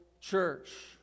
church